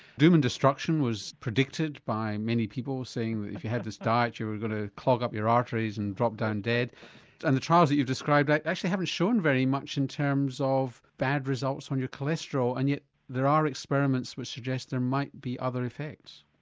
doom and destruction was predicted by many people saying that if you had this diet you were going to clog up your arteries and drop down dead and the trials that you've described like actually haven't shown very much in terms of bad results on your cholesterol and yet there are experiments which suggest there might be other effects.